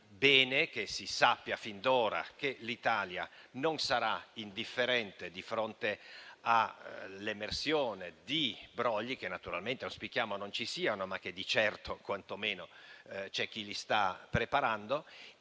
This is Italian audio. bene che si sappia fin d'ora che l'Italia non sarà indifferente di fronte all'emersione di brogli - che naturalmente auspichiamo non ci siano, ma che di certo quantomeno c'è chi li sta preparando